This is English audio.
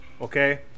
okay